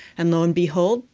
and lo and behold,